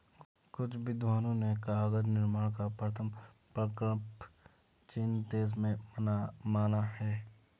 कुछ विद्वानों ने कागज निर्माण का प्रथम प्रकल्प चीन देश में माना है